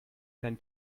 kein